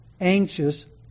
anxious